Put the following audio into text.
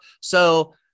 So-